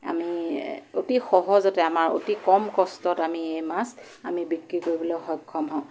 আমি অতি সহজতে আমাৰ অতি কম কষ্টত আমি মাছ আমি বিক্ৰী কৰিবলৈ সক্ষম হওঁ